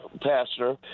pastor